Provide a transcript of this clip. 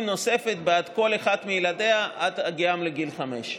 נוספת בעד כל אחד מילדיה עד הגיעם לגיל חמש.